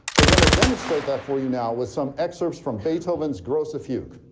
are going to demonstrate that for you now with some excerpts from beethoven's grosse fuge.